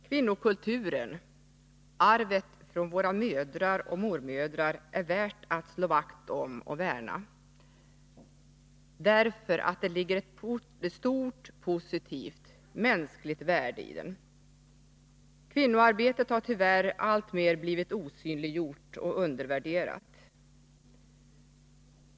Kvinnokulturen, arvet från våra mödrar och mormödrar är värt att slå vakt om och värna, därför att det ligger ett stort positivt, mänskligt värde i den. Kvinnoarbetet har tyvärr alltmer blivit osynliggjort och undervärderat.